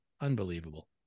Unbelievable